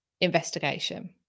investigation